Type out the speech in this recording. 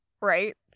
Right